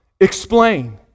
explain